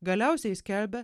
galiausiai skelbia